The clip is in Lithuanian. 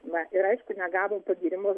na ir aišku negavo pagyrimo